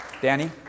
Danny